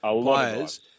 players